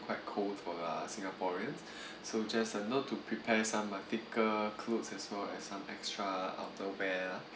quite cold for uh singaporeans so just a note to prepare some uh thicker clothes as well as some extra outerwear